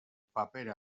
paper